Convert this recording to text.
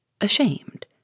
Ashamed